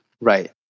Right